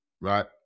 right